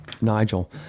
Nigel